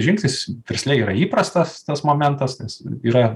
žingsnis versle yra įprastas tas momentas nes yra